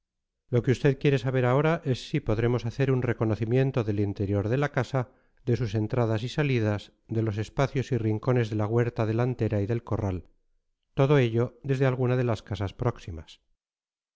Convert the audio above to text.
lo que usted quiere saber ahora es si podremos hacer un reconocimiento del interior de la casa de sus entradas y salidas de los espacios y rincones de la huerta delantera y del corral todo ello desde alguna de las casas próximas